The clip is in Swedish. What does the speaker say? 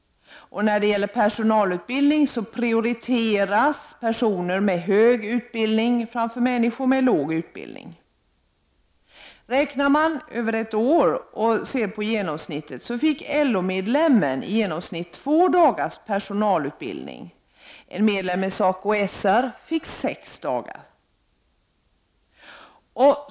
När det gäller personalutbildningen prioriteras högt utbildade framför människor med låg ut bildning. Räknat över ett år fick LO-medlemmen i genomsnitt två dagars personalutbildning. En medlem i SACO/SR fick sex dagar.